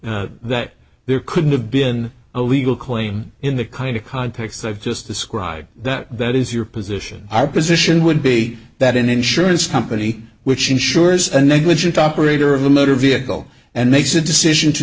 that there couldn't have been a legal claim in the kind of context i've just described that that is your position our position would be that an insurance company which insures a negligent operator of a motor vehicle and makes a decision to